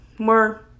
More